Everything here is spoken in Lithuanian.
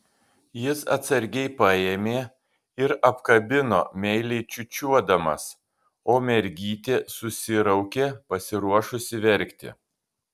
jis atsargiai paėmė ir apkabino meiliai čiūčiuodamas o mergytė susiraukė pasiruošusi verkti